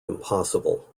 impossible